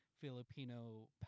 Filipino